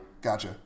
Gotcha